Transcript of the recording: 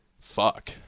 Fuck